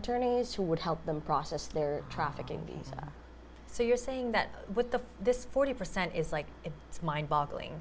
attorneys who would help them process their trafficking so you're saying that with the this forty percent is like it's mind boggling